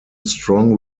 strong